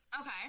Okay